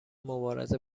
مبارزه